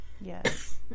Yes